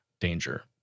danger